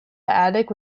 attic